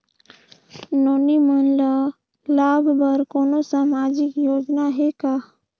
नोनी मन ल लाभ बर कोनो सामाजिक योजना हे का?